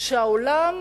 שהעולם,